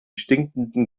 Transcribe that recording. stinkenden